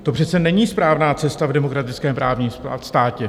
To přece není správná cesta v demokratickém právním státě.